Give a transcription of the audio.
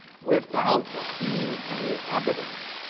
without seeing any evidence.